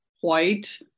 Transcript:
white